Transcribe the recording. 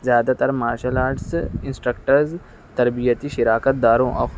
زیادہ تر martial arts instructors تربیتی شراکت داروں